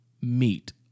meet